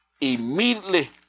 Immediately